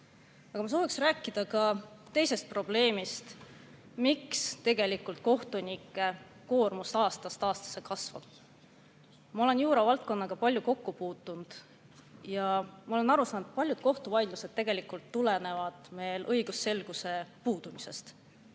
Aga ma sooviksin rääkida ka teisest probleemist, miks tegelikult kohtunike koormus aastast aastasse kasvab. Ma olen juuravaldkonnaga palju kokku puutunud ja ma olen aru saanud, et paljud kohtuvaidlused tulenevad õigusselguse puudumisest.